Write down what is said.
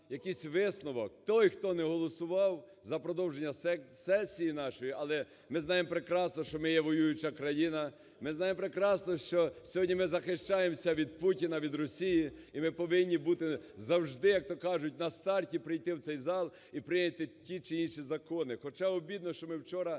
якийсь висновок. Той, хто не голосував за продовження сесії нашої, але ми знаємо прекрасно, що ми є воююча країна, ми знаємо прекрасно, що сьогодні ми захищаємося від Путіна, від Росії і ми повинні бути завжди, як то кажуть, на старті прийти в цей зал і прийняти ті чи інші закони. Хоча обідно, що ми вчора не змогли